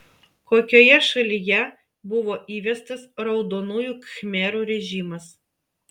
kokioje šalyje buvo įvestas raudonųjų khmerų režimas